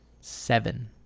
Seven